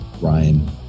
Ryan